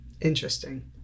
Interesting